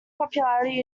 popularity